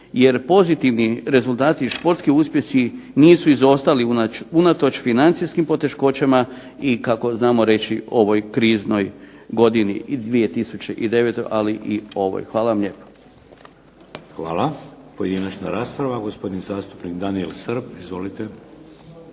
jer pozitivni rezultat i športski uspjesi nisu izostali unatoč financijskim poteškoćama i kako znamo reći ovoj kriznoj 2009. ali i ovoj. **Šeks, Vladimir (HDZ)** Hvala. Pojedinačna rasprava gospodin zastupnik Danijel Srb. Izvolite.